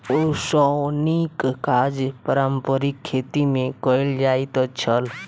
ओसौनीक काज पारंपारिक खेती मे कयल जाइत छल